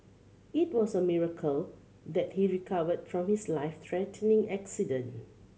it was a miracle that he recovered from his life threatening accident